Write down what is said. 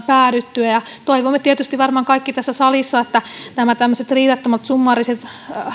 päädytty toivomme tietysti varmaan kaikki tässä salissa että nämä tämmöiset riidattomat summaariset